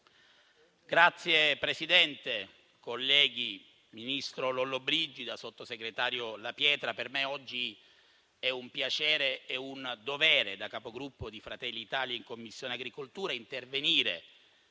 Signor Presidente, ministro Lollobrigida, sottosegretario La Pietra, per me è un piacere e un dovere, da Capogruppo di Fratelli d'Italia in Commissione agricoltura, intervenire